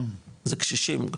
זה קשישים,